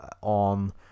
on